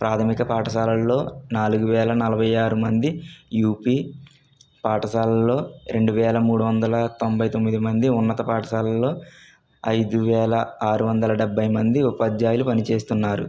ప్రాథమిక పాఠశాలలో నాలుగు వేల నలభై ఆరు మంది యూపీ పాఠశాలలో రెండు వేల మూడు వందల తొంబై తొమ్మిది మంది ఉన్నత పాఠశాలలో ఐదు వేల ఆరు వందల డెబ్బై మంది ఉపాధ్యాయులు పనిచేస్తున్నారు